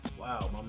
Wow